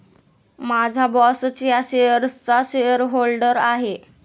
माझा बॉसच या शेअर्सचा शेअरहोल्डर आहे